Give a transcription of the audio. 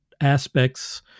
aspects